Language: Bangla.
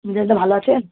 কি দাদা ভালো আছেন